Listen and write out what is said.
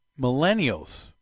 millennials